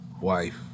wife